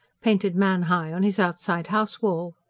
painted man-high on his outside house-wall.